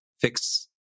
fix